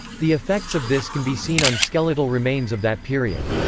the effects of this can be seen on skeletal remains of that period.